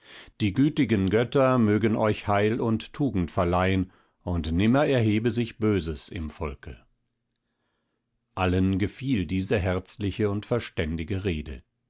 die gütigen götter mögen euch heil und tugend verleihen und nimmer erhebe sich böses im volke allen gefiel diese herzliche und verständige rede